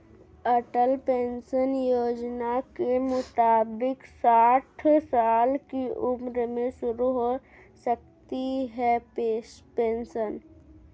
अटल pension Yojana के मुताबिक साठ साल की उम्र में शुरू हो सकती है पेंशन